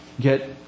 get